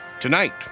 Tonight